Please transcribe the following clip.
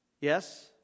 Yes